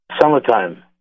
Summertime